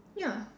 ya